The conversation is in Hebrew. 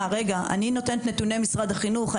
אני מציגה את נתוני משרד החינוך.